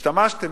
השתמשתם,